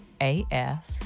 af